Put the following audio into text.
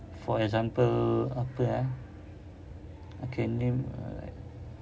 for example apa eh okay name like